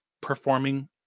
performing